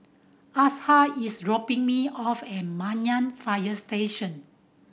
Asha is dropping me off at Banyan Fire Station